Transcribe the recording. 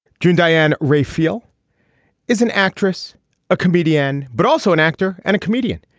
june diane rayfield is an actress a comedienne but also an actor and a comedian.